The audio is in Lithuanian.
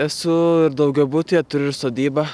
esu ir daugiabutyje turiu ir sodybą